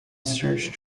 search